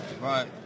right